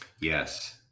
Yes